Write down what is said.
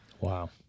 Wow